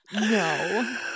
No